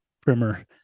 primer